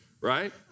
right